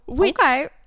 okay